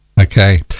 Okay